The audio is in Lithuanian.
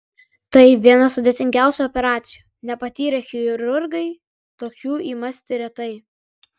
tai viena sudėtingiausių operacijų nepatyrę chirurgai tokių imasi retai